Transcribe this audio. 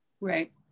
right